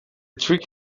trick